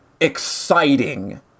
exciting